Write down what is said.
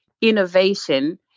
innovation